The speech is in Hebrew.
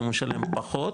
הוא משלם פחות,